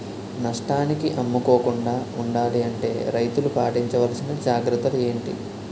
నష్టానికి అమ్ముకోకుండా ఉండాలి అంటే రైతులు పాటించవలిసిన జాగ్రత్తలు ఏంటి